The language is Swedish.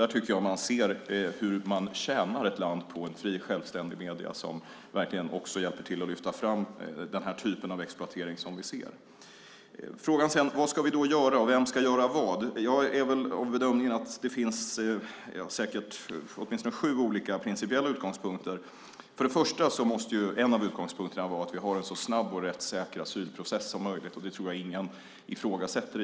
Där tycker jag att vi ser hur man tjänar ett land genom att ha fria och självständiga medier som hjälper till att lyfta fram den typen av exploatering som vi kunnat se. Sedan har vi frågan vad vi ska göra och vem som ska göra vad. Jag bedömer att det finns åtminstone sju olika principiella utgångspunkter. För det första måste en av utgångspunkterna vara att vi har en så snabb och rättssäker asylprocess som möjligt, och det tror jag ingen egentligen ifrågasätter.